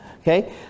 Okay